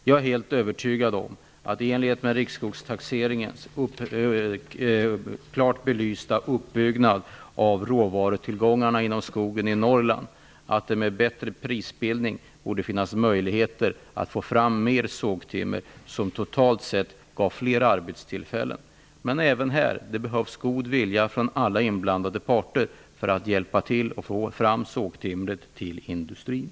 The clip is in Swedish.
Jag är helt övertygad om att det, i enlighet med riksskogstaxeringens klart belysta redovisning av råvarutillgångarna i skogen i Norrland, med bättre prisbildning borde finnas möjligheter att få fram mer sågtimmer som totalt sett ger fler arbetstillfällen. Men även här behövs det god vilja från alla inblandade parter för att hjälpa till att få fram sågtimmer till industrin.